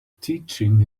teaching